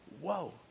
Whoa